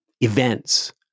events